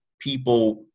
people